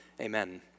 Amen